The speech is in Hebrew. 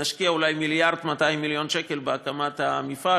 ונשקיע אולי 1.2 מיליארד בהקמת המפעל,